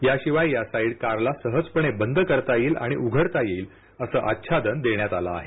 याशिवाय या साईड कारला सहजपणे बंद करता येईल आणि उघडता येईल असं आच्छादन देण्यात आलं आहे